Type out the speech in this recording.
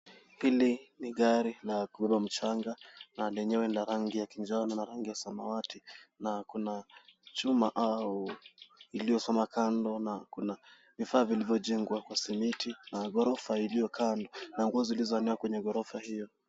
Hili ni gari la kubeba mchanga na lenyewe ni la rangi ya kinjano na rangi ya samawati na kuna chuma iliyosoma kando na kuna vifaa vilivyojengwa, na simiti na ghorofa iliyo kando na nguo zilizoanikwa kwa ghorofa hiyo.